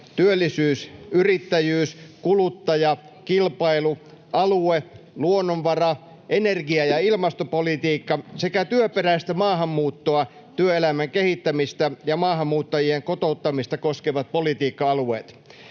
työllisyys-, yrittäjyys-, kuluttaja-, kilpailu-, alue-, luonnonvara-, energia- ja ilmastopolitiikka sekä työperäistä maahanmuuttoa, työelämän kehittämistä ja maahanmuuttajien kotouttamista koskevat politiikka-alueet.